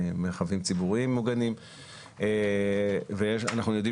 מרחבים ציבוריים מוגנים ואנחנו יודעים